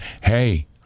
hey